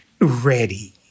ready